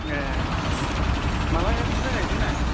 ए मालानिफ्राय गायजेननाय